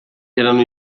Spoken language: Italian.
erano